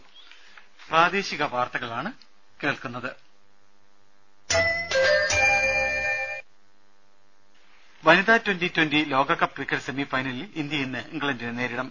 രദേശ വനിതാ twenty twenty ലോകകപ്പ് ക്രിക്കറ്റ് സെമി ഫൈനലിൽ ഇന്ത്യ ഇന്ന് ഇംഗ്ലണ്ടിനെ നേരിടും